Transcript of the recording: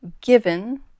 given